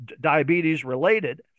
diabetes-related